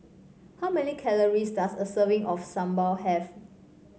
how many calories does a serving of sambal have